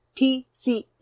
PCE